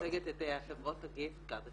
מייצגת את חברות הגיפט כארד.